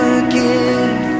again